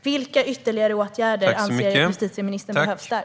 Vilka ytterligare åtgärder anser justitieministern behövs där?